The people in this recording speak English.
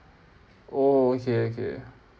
oh okay okay